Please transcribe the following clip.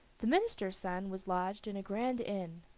the minister's son was lodged in a grand inn,